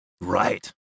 right